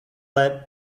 let